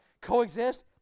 coexist